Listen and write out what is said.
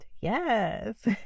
Yes